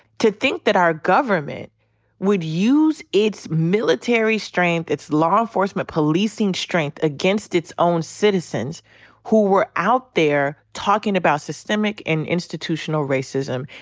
to think that our government would use its military strength, it's law enforcement policing strength against its own citizens who were out there talking about systemic and institutional racism,